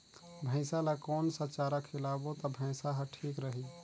भैसा ला कोन सा चारा खिलाबो ता भैंसा हर ठीक रही?